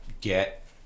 get